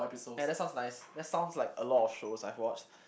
yeah that sounds nice that sounds like a lot of shows I've watched